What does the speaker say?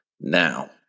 Now